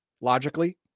logically